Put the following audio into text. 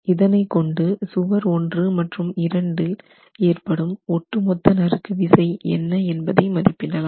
இதனை கொண்டு சுவர் ஒன்று மற்றும் இரண்டு ஏற்படும் ஒட்டுமொத்த நறுக்குவிசை என்ன என்பதை மதிப்பிடலாம்